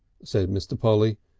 said mr. polly.